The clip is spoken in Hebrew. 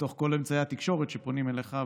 בתוך כל אמצעי התקשורת שפונים אליך,